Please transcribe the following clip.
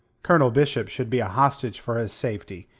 colonel bishop should be a hostage for his safety.